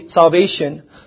salvation